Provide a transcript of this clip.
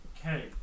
Okay